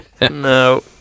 No